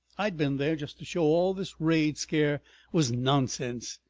i'd been there, just to show all this raid scare was nonsense.